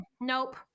Nope